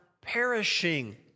perishing